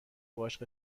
باهاش